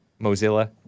Mozilla